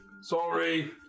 Sorry